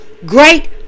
Great